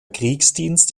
kriegsdienst